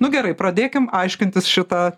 nu gerai pradėkim aiškintis šitą